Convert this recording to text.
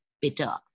bitter